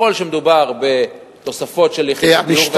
ככל שמדובר בתוספות של יחידות דיור,